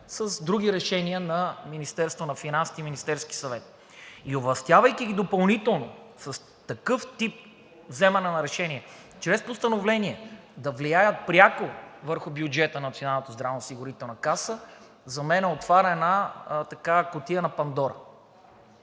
с други решения на Министерството на финансите и Министерския съвет. И овластявайки ги допълнително с такъв тип вземане на решение чрез постановление да влияят пряко върху бюджета на Националната здравноосигурителна каса,